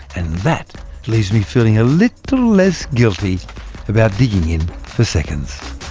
and that leaves me feeling a little less guilty about digging in for seconds